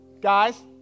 guys